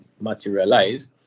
materialize